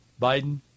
Biden